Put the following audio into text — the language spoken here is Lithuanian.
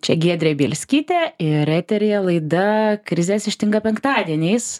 čia giedrė bielskytė ir eteryje laida krizės ištinka penktadieniais